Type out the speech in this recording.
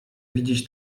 widzieć